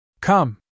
Come